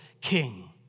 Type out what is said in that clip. king